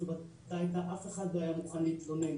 והתשובה הייתה שאף אחד לא היה מוכן להתלונן.